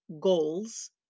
goals